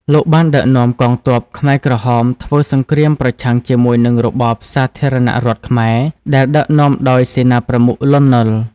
លោកបានដឹកនាំកងទ័ពខ្មែរក្រហមធ្វើសង្រ្គាមប្រឆាំងជាមួយនឹងរបបសាធារណៈរដ្ឋខ្មែរដែលដឹកនាំដោយសេនាប្រមុខ លន់ នល់។